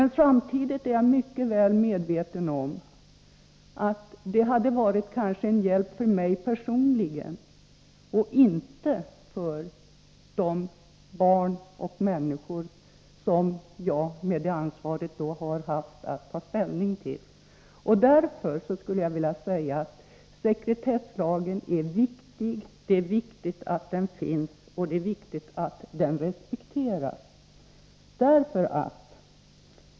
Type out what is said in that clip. Jag är emellertid samtidigt mycket väl medveten om att detta eventuellt hade varit en hjälp för mig personligen, men inte för de barn och de andra människor vilkas problem jag haft ansvaret att ta ställning till. Sekretesslagen är alltså viktig. Det är viktigt att den finns, och det är viktigt att den respekteras.